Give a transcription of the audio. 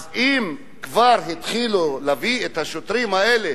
אז אם כבר התחילו להביא את השוטרים האלה